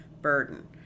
Burden